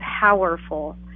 powerful